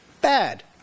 bad